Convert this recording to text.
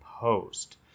post